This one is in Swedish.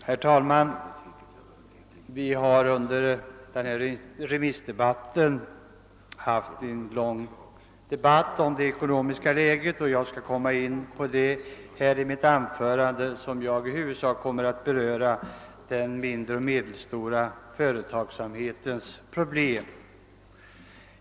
Herr talman! Vi har redan i dag haft en lång debatt om det ekonomiska läget, och jag skall i mitt anförande huvudsakligen uppehålla mig vid den mindre och medelstora företagsamhetens problem.